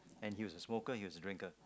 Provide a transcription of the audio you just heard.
and he was a smoker he was a drinker